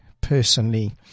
personally